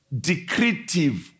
decretive